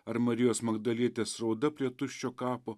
ar marijos magdalietės rauda prie tuščio kapo